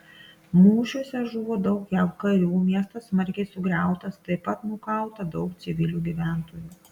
mūšiuose žuvo daug jav karių miestas smarkiai sugriautas taip pat nukauta daug civilių gyventojų